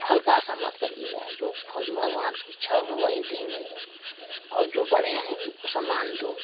फल का आशा मत करिएगा जो फल भगवान को इच्छा होगा वही देंगे और जो बड़े हैं उनको सम्मान दो